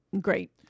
great